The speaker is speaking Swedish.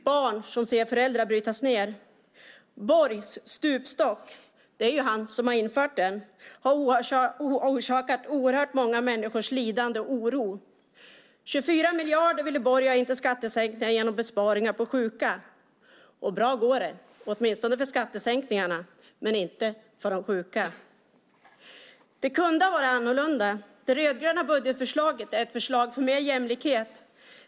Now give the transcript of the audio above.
Barn får se sina föräldrar brytas ned. Borgs stupstock - det är han som har infört den - har orsakat oerhört många människors lidande och oro. Borg ville ha in 24 miljarder till skattesänkningar genom besparingar på sjuka. Bra går det för skattesänkningarna, men inte för de sjuka. Det kunde ha varit annorlunda. Det rödgröna budgetförslaget är ett förslag för mer jämlikhet.